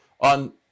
on